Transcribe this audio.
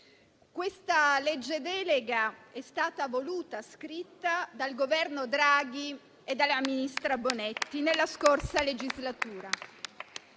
Questa legge delega è stata voluta e scritta dal Governo Draghi e dal ministro Bonetti nella scorsa legislatura